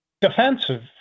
defensive